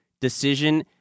decision